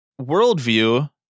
worldview